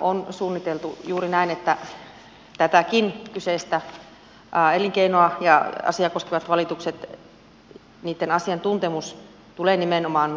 on suunniteltu juuri näin ja minunkin mielestäni on näin että tätäkin kyseistä elinkeinoa ja asiaa koskevien valitusten asiantuntemuksen tulee nimenomaan